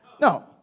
No